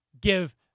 give